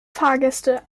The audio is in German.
fahrgäste